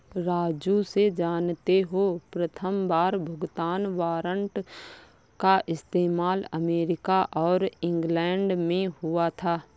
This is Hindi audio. राजू से जानते हो प्रथमबार भुगतान वारंट का इस्तेमाल अमेरिका और इंग्लैंड में हुआ था